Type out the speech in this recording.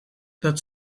dat